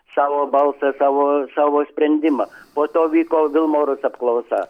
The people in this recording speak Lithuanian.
savo balsą savo savo sprendimą po to vyko vilmorus apklausa